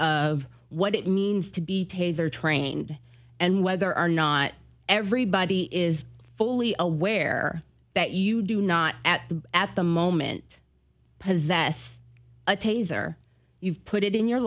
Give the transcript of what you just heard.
of what it means to be taser trained and whether or not everybody is fully aware that you do not at the at the moment possess a taser you've put it in your